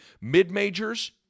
mid-majors